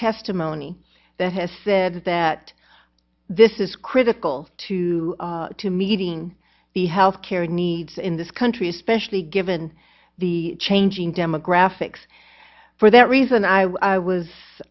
testimony that has said that this is critical to to meeting the healthcare needs in this country especially given the changing demographics for that reason i i